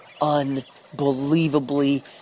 unbelievably